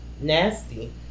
nasty